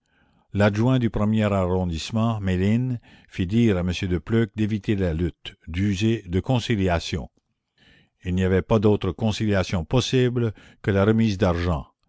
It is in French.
l'adjoint du premier arrondissement méline fit dire à m de pleuc d'éviter la lutte d'user de conciliation il n'y avait pas d'autre conciliation possible que la remise d'argent